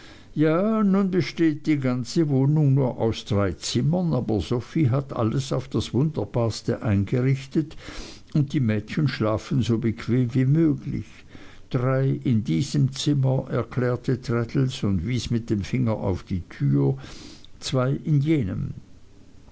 nun besteht die ganze wohnung nur aus drei zimmern aber sophie hat alles auf das wunderbarste eingerichtet und die mädchen schlafen so bequem wie möglich drei in diesem zimmer erklärte traddles und wies mit dem finger auf die tür zwei in jenem